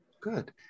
Good